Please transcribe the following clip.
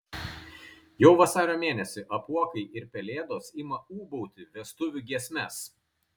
jau vasario mėnesį apuokai ir pelėdos ima ūbauti vestuvių giesmes